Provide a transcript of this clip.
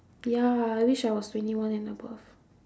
ya I wish I was twenty one and above